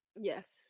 Yes